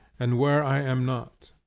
and where i am not.